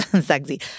sexy